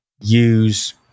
use